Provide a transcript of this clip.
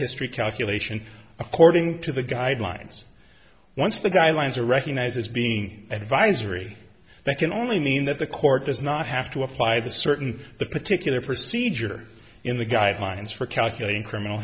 history calculation according to the guidelines once the guidelines are recognized as being advisory that can only mean that the court does not have to apply the certain the particular procedure in the guidelines for calculating criminal